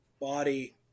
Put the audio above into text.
body